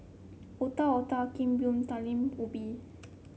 Otak Otak Kueh Bom Talam Ubi